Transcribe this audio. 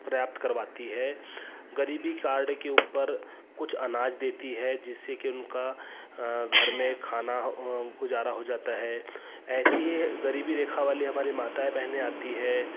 प्रयाप्त करवाती है गरीबी कार्ड के ऊपर कुछ अनाज देती है जिससे कि उनका घर में खाना गुजारा हो जाता है ऐसी गरीबी रेखा वाली हमारी माताएँ बहनें आती हैं